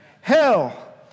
Hell